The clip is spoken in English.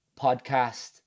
podcast